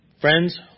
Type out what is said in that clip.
Friends